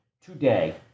today